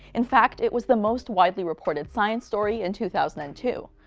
in fact, it was the most widely reported science story in two thousand and two.